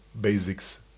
basics